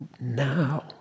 Now